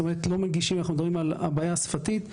כלומר הבעיה השפתית.